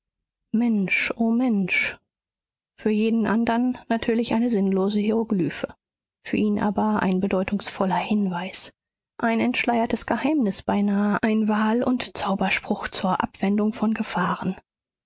mensch o mensch für jeden andern natürlich eine sinnlose hieroglyphe für ihn aber ein deutungsvoller hinweis ein entschleiertes geheimnis beinahe ein wahl und zauberspruch zur abwendung von gefahren